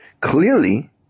Clearly